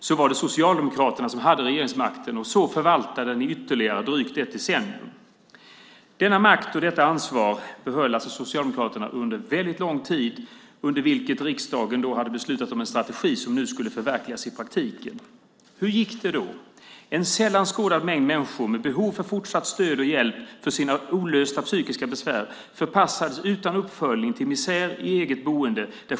Det var Socialdemokraterna som hade regeringsmakten då, och ni förvaltade den i ytterligare drygt ett decennium. Denna makt och detta ansvar behöll alltså Socialdemokraterna under väldigt lång tid. Riksdagen hade beslutat om en strategi som nu skulle förverkligas i praktiken. Hur gick det då? En sällan skådad mängd människor med behov av fortsatt stöd och hjälp på grund av sina psykiska besvär förpassades utan uppföljning till misär i eget boende.